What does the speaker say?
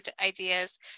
ideas